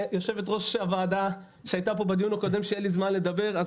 יושבת-ראש הוועדה שהייתה פה בדיון הקודם הבטיחה לי שיהיה לי זמן לדבר.